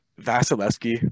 Vasilevsky –